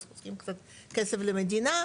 אז אנחנו צריכים קצת כסף למדינה,